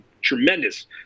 tremendous